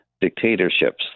dictatorships